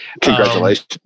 congratulations